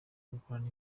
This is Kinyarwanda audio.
gukora